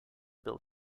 built